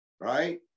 right